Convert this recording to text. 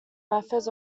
methods